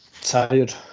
Tired